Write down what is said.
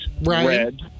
red